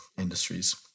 industries